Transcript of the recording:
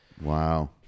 Wow